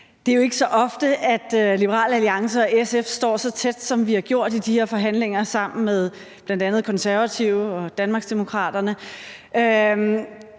Det er jo ikke så ofte, at Liberal Alliance og SF står så tæt, som vi har gjort i de her forhandlinger sammen med bl.a. Konservative og Danmarksdemokraterne.